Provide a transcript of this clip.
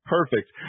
Perfect